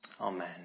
Amen